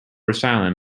asylum